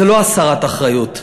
זו לא הסרת אחריות.